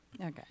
Okay